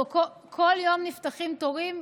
כל יום נפתחים תורים,